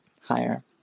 higher